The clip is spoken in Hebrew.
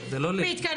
אני לא מוסמך.